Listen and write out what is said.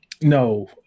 no